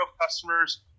customers